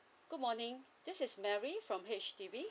good morning this is mary from H_D_B